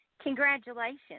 Congratulations